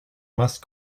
must